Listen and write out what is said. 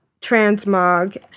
transmog